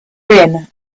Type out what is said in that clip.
thin